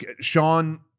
Sean